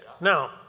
Now